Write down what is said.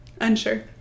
unsure